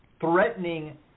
threatening